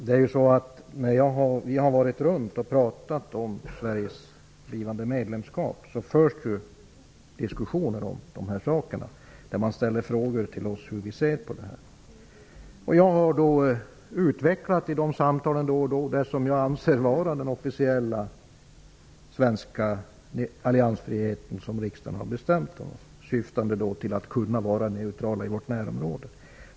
Herr talman! När vi har farit runt och talat om Sveriges blivande medlemskap har det förts diskussioner om dessa saker. Man ställer frågor till oss om hur vi ser på detta. Jag har i de samtalen utvecklat det som jag anser vara den officiella svenska alliansfriheten, som riksdagen har bestämt, syftande till att kunna vara neutral i vårt närområde.